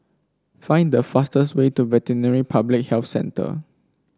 find the fastest way to Veterinary Public Health Centre